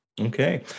Okay